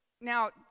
Now